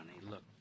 Look